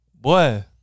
Boy